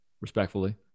Respectfully